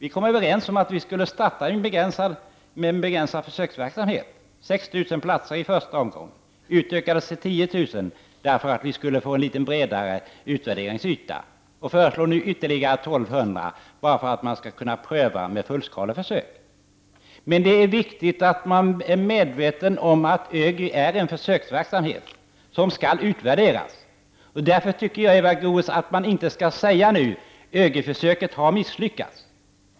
Vi kom överens om att vi skulle starta med en begränsad försöksverksamhet, 6 000 platser i första omgången. Detta utökades till 10 000 platser för att vi skulle få en bredare utvärderingsyta. Nu föreslås ytterligare 1 200 platser för att man skall kunna göra fullskaleförsök. Det är viktigt att man är medveten om att ÖGY är en försöksverksamhet som skall utvärderas. Därför tycker jag att man inte skall säga att ÖGY-försöket har misslyckats, Eva Goéös.